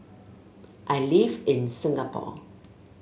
I live in Singapore